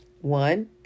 One